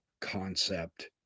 concept